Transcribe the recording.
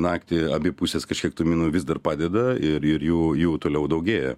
naktį abi pusės kažkiek tų minų vis dar padeda ir ir jų jų toliau daugėja